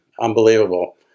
Unbelievable